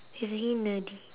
is he nerdy